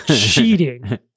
cheating